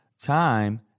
time